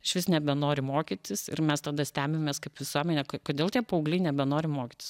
išvis nebenori mokytis ir mes tada stebimės kaip visuomenė kodėl tie paaugliai nebenori mokytis